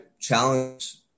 challenge